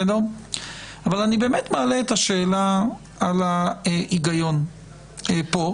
אני באמת מעלה את השאלה על ההיגיון פה.